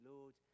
Lord